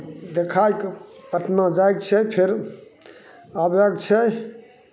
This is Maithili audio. देखाए कऽ पटना जायके छै फेर आबयके छै